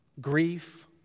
grief